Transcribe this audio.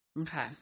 Okay